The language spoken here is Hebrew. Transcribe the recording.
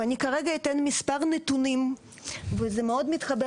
ואני כרגע אתן מספר נתונים וזה מאוד מתחבר